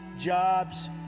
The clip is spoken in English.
jobs